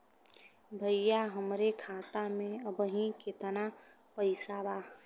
भईया हमरे खाता में अबहीं केतना पैसा बा?